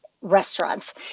restaurants